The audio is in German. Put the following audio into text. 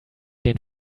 den